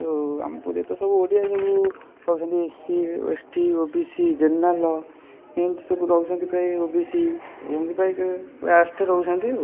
ଓ ଆମପରି ତ ସବୁ ଓଡ଼ିଆ ସବୁ ହେଉଛନ୍ତି SC ST O B C general ଏମତି ସବୁ ରହୁଛନ୍ତି ପ୍ରାୟ ଓ ବି ସି ଏମତି କରିକି ଲାଷ୍ଟରେ ରହୁଛନ୍ତି